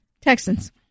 Texans